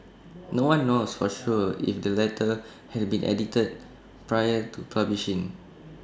no one knows for sure if the letter had been edited prior to publishing